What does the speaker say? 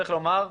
צריך לומר,